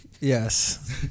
Yes